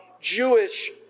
Jewish